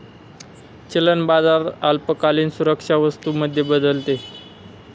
चलन बाजारात अल्पकालीन सुरक्षा वस्तू मध्ये बदलते